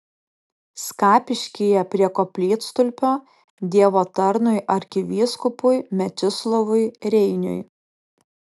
skapiškyje prie koplytstulpio dievo tarnui arkivyskupui mečislovui reiniui